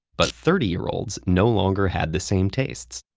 but thirty year olds no longer had the same tastes.